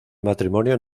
matrimonio